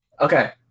Okay